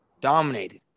Dominated